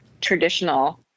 traditional